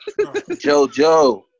Jojo